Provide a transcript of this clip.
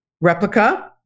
replica